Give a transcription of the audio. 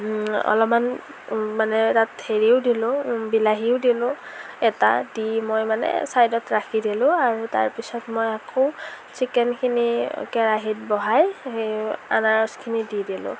অলপমান মানে তাত হেৰিও দিলোঁ বিলাহীও দিলোঁ এটা দি মই মানে ছাইডত ৰাখি দিলোঁ আৰু তাৰপিছত মই আকৌ চিকেনখিনি কেৰাহীত বঢ়াই আনাৰসখিনি দি দিলোঁ